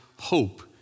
hope